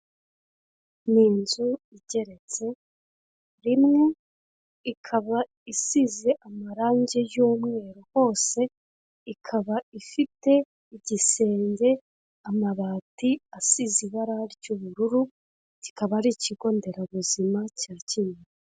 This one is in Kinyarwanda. Ni inzu igeretse rimwe, ikaba isize amarangi y'umweru hose. Ikaba ifite igisenge, amabati asize ibara ry'ubururu. Kikaba ari ikigo nderabuzima cya Kinyinya.